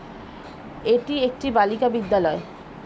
এটি একটি বালিকা বিদ্যালয়